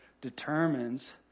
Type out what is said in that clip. determines